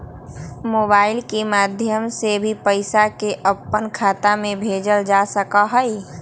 mobile के माध्यम से भी पैसा के अपन खाता में भेजल जा सका हई